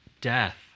death